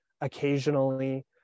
occasionally